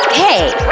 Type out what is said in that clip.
hey,